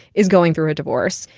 is going through a divorce.